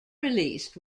released